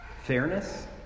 fairness